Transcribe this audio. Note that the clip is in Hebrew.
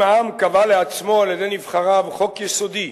אם העם קבע לעצמו, על-ידי נבחריו, חוק יסודי,